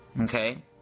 okay